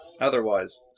otherwise